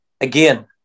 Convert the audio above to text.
again